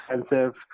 expensive